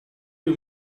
you